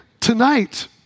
tonight